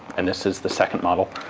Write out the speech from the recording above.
and this is the second model,